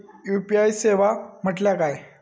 UPI सेवा म्हटल्या काय?